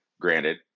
granted